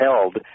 held